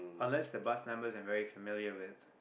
unless the bus number is very familiar with